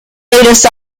latest